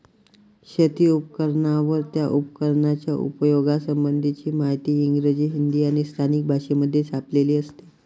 शेती उपकरणांवर, त्या उपकरणाच्या उपयोगा संबंधीची माहिती इंग्रजी, हिंदी आणि स्थानिक भाषेमध्ये छापलेली असते